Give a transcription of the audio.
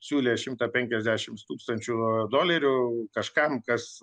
siūlė šimtą penkiasdešimt tūkstančių dolerių kažkam kas